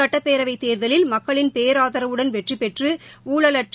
சுட்டப்பேரவைத் தோதலில் மக்களின் பேராதரவுடன் வெற்றிபெற்று ஊழலற்ற